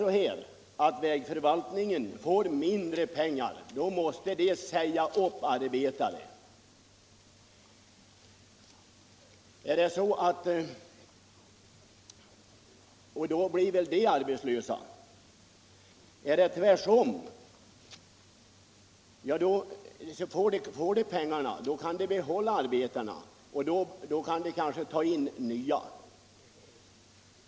Får vägförvaltningen mindre pengar, då måste man säga upp arbetare och dessa blir arbetslösa. Är det tvärtom så att vägförvaltningen får mera pengar då kan man behålla arbetarna och kanske ta in nya.